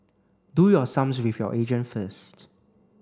do your sums with your agent first